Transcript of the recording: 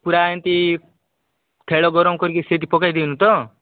ପୁରା ଏମତି ଖେଳ ଗରମ କରିକି ସେଇଠି ପକେଇ ଦିଅନ୍ତି ତ